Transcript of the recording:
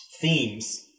Themes